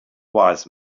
wise